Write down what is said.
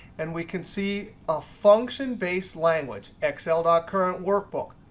and we can see a function based language, excel dot current workbook,